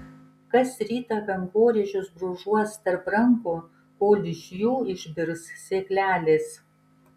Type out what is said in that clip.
kas rytą kankorėžius brūžuos tarp rankų kol iš jų išbirs sėklelės